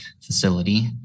facility